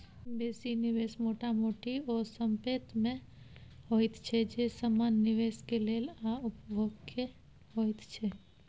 बेसी निवेश मोटा मोटी ओ संपेत में होइत छै जे समान निवेश के लेल आ उपभोग के होइत छै